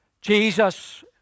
Jesus